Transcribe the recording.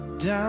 Down